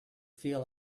feel